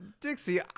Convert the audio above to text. dixie